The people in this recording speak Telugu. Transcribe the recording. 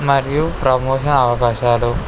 మరియు ప్రమోషన్ అవకాశాలు